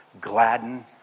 gladden